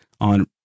on